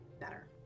better